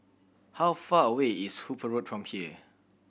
how far away is Hooper Road from here